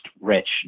rich